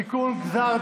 תודה רבה.